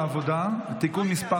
הצעת חוק הפיקוח על העבודה (תיקון מס'